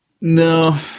No